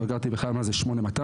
לא הכרתי בכלל מה זה 8200,